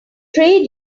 trade